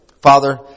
Father